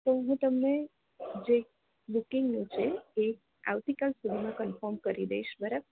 તો હું તમને જે બુકીંગનું છે એ આવતીકાલ સુધીમાં કનફોમ કરી દઈશ